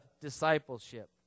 discipleship